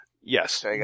Yes